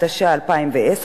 התש"ע 2010,